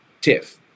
Tiff